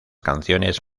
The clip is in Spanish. canciones